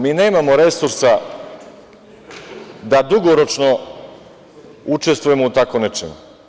Mi nemamo resurse da dugoročno učestvujemo u tako nečemu.